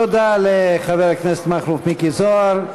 תודה רבה לחבר הכנסת מכלוף מיקי זוהר.